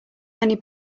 many